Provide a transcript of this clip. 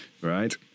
Right